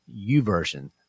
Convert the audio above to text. uversion